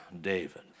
David